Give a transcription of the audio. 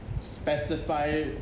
specify